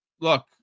Look